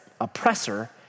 oppressor